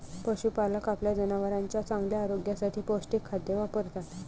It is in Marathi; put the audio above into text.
पशुपालक आपल्या जनावरांच्या चांगल्या आरोग्यासाठी पौष्टिक खाद्य वापरतात